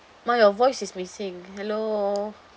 ma your voice is missing hello